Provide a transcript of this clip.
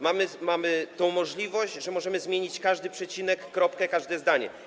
Mamy tę możliwość, że możemy zmienić każdy przecinek, kropkę, każde zdanie.